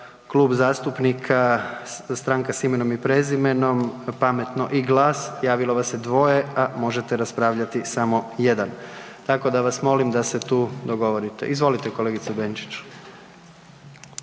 Klub zastupnika Stranka s imenom i prezimenom, Pametno i GLAS javilo vas se 2, a možete raspravljati samo 1. Tako da vas molim da se tu dogovorite. Izvolite kolegice Benčić.